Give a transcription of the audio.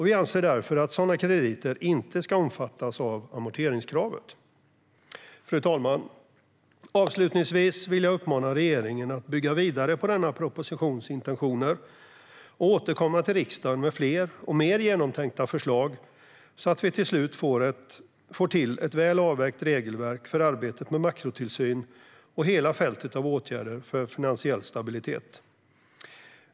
Vi anser därför att sådana krediter inte ska omfattas av amorteringskravet. Fru talman! Avslutningsvis vill jag uppmana regeringen att bygga vidare på denna propositions intentioner och återkomma till riksdagen med fler och mer genomtänkta förslag så att vi till slut får till ett väl avvägt regelverk för arbetet med makrotillsyn och hela fältet av åtgärder för finansiell stabilitet.